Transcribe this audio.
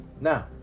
Now